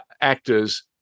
actors